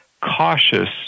cautious